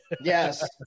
Yes